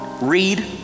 read